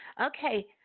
Okay